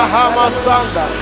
Hamasanda